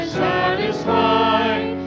satisfied